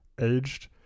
aged